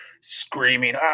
screaming